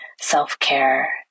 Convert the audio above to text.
self-care